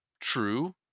true